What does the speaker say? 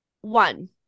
one